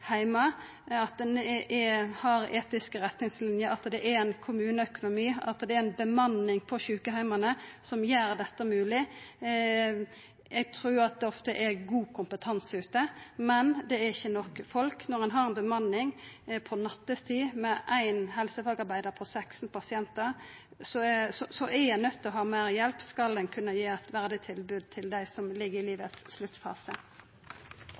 – at ein har etiske retningsliner, at det er kommuneøkonomi til det, og at det er tilsette på sjukeheimane som gjer dette mogleg. Eg trur det ofte er god kompetanse ute, men det er ikkje nok folk. Når ein har ei vakt på nattestid med éin helsefagarbeidar på 16 pasientar, er ein nøydd til å ha meir hjelp om ein skal gi eit verdig tilbod til dei som er i livets sluttfase.